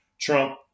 Trump